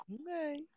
Okay